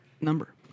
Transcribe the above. number